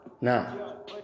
Now